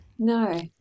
no